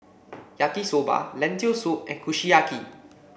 Yaki Soba Lentil Soup and Kushiyaki